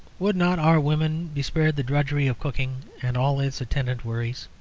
would not our women be spared the drudgery of cooking and all its attendant worries,